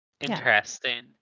interesting